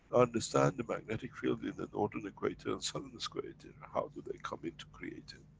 understand the magnetic field in the northern equator and southern equator, how do they come in to create it?